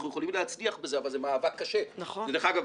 אנחנו יכולים להצליח בזה אבל זה מאבק קשה ודרך אגב,